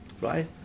right